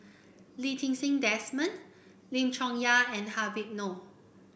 Lee Ti Seng Desmond Lim Chong Yah and Habib Noh